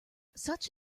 such